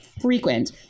frequent